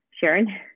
Sharon